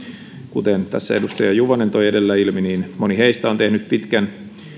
kuten edustaja juvonen toi edellä ilmi moni heistä on tehnyt pitkän